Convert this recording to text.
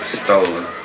stolen